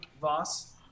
Voss